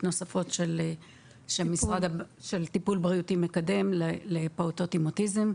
נוספות של טיפול בריאותי מקדם לפעוטות עם אוטיזם.